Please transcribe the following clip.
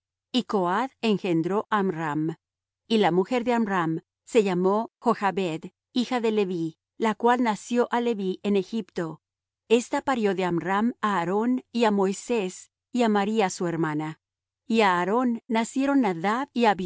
coath engendró á amram y la mujer de amram se llamó jochbed hija de leví la cual nació á leví en egipto ésta parió de amram á aarón y á moisés y á maría su hermana y á aarón nacieron nadab